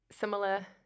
similar